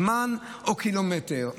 זמן או קילומטר?